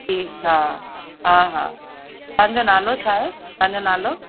ठीकु हा हा हा तव्हांजो नालो छा आहे तव्हांजो नालो